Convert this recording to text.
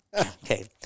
Okay